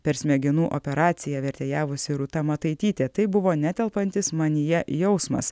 per smegenų operaciją vertėjavusi rūta mataitytė tai buvo netelpantis manyje jausmas